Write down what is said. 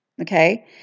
okay